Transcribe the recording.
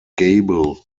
gable